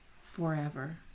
forever